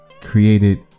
created